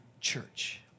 church